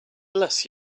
bless